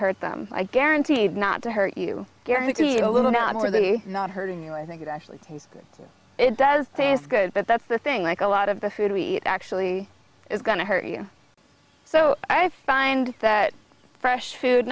hurt them i guaranteed not to hurt you guaranteed a little now i'm really not hurting you i think it actually it does say it's good but that's the thing like a lot of the food we eat actually is going to hurt you so i find that fresh food